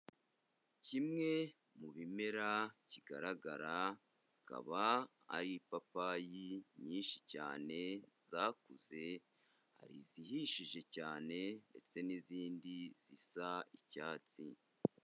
Kimwe mu bimera kigaragara, akaba ari ipapayi nyinshi cyane zakuze, hari izihishije cyane ndetse n'izindi zisa icyatsi.